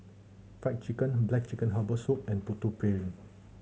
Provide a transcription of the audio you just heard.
Fried Chicken black chicken herbal soup and Putu Piring